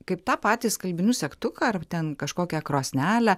kaip tą patį skalbinių segtuką ar ten kažkokią krosnelę